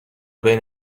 بین